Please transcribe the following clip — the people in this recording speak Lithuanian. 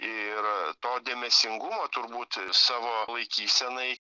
ir to dėmesingumo turbūt savo laikysenai